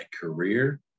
career